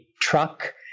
truck